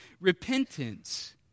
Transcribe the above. repentance